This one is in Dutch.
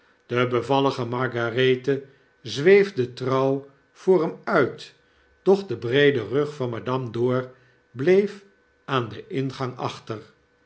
de bevallige margarethe zweefde trouw voor hem uit doch de breede rug van madame dor bleef aan den ingang achter